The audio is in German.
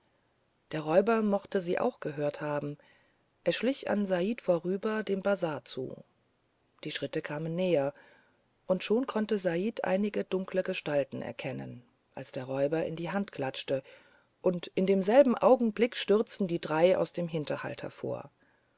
der räuber mochte sie auch gehört haben er schlich an said vorüber dem bazar zu die schritte kamen näher und schon konnte said einige dunkle gestalten erkennen als der räuber in die hand klatschte und in demselben augenblick stürzten die drei aus dem hinterhalt hervor